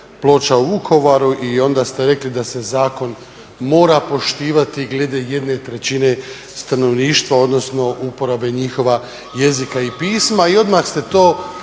ploča u Vukovaru i onda ste rekli da se zakon mora poštivati glede 1/3 stanovništva odnosno uporabe njihova jezika i pisma i odmah ste to